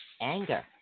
Anger